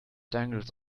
dangles